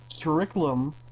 curriculum